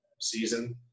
season